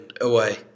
away